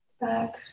Back